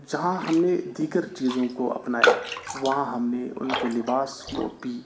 جہاں ہم نے دیگر چیزوں کو اپنایا وہاں ہم نے ان کے لباس کو بھی